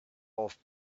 off